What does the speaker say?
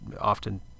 often